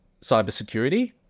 cybersecurity